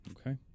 Okay